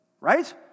right